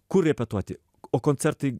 kur repetuoti o koncertai